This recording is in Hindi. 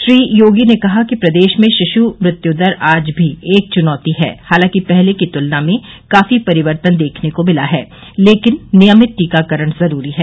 श्री योगी ने कहा कि प्रदेश में शिश् मृत्यु दर आज भी एक चुनौती है हालांकि पहले की तुलना में काफी परिवर्तन देखने को मिला है लेकिन नियमित टीकाकरण जरूरी है